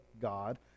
God